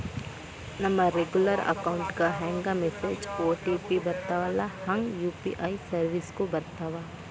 ನಮ regular account ಗೆ ಹೆಂಗ ಮೆಸೇಜ್ ಒ.ಟಿ.ಪಿ ಬರ್ತ್ತವಲ್ಲ ಹಂಗ ಯು.ಪಿ.ಐ ಸೆರ್ವಿಸ್ಗು ಬರ್ತಾವ